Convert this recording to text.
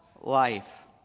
life